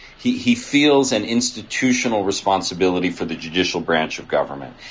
he he feels an institutional responsibility for the judicial branch of government.